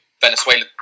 Venezuelan